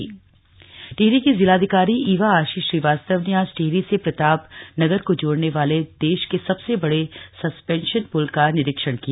suspension पुल टिहरी की जिलाधिकारी इवा आशीष श्रीवास्तव ने आज टिहरी से प्रतापनगर को जोड़ने वाले देश के सबसे बड़े सस्पेंशन प्ल का निरीक्षण किया